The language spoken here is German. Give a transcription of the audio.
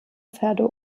pferde